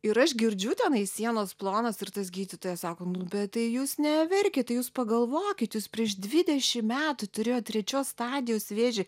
ir aš girdžiu tenai sienos plonos ir tas gydytojas sako nu bet tai jūs neverkit tai jūs pagalvokit jūs prieš dvidešim metų turėjot trečios stadijos vėžį